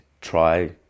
try